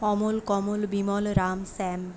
Amal Kamal Bimal Ram Shyam